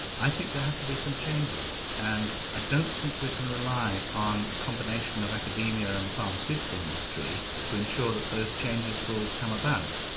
i think there have to be some changes and i don't think we can rely on a combination of academia and the pharmaceutical industry to ensure that those changes will come about.